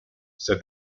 said